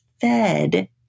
fed